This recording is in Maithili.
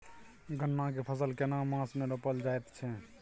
गन्ना के फसल केना मास मे रोपल जायत छै?